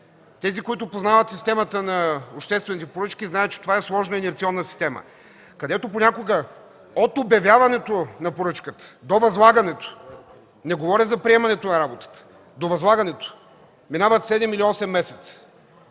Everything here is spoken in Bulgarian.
тези, които познават системата на обществените поръчки, знаят, че това е сложна инерционна система, където понякога от обявяването на поръчката до възлагането – не говоря за приемането на работата, до възлагането минават седем или осем месеца.